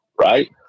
right